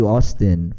Austin